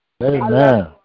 Amen